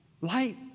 Light